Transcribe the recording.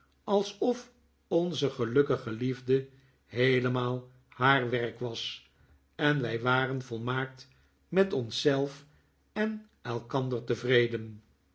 alsof onze gelukkige liefde heelemaal haar werk was en wij waren volmaakt met ons zelf en elkander tevreden